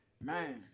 man